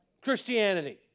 Christianity